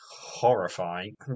horrifying